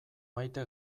maite